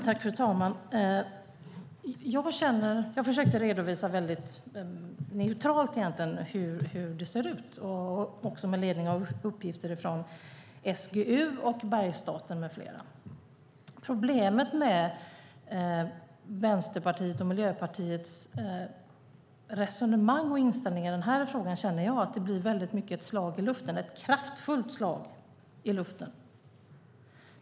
Fru talman! Jag försökte redovisa väldigt neutralt hur det ser ut med ledning av uppgifter från SGU, Bergsstaten med flera. Vänsterpartiets och Miljöpartiets resonemang och inställning i den här frågan blir ett kraftfullt slag i luften.